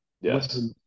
yes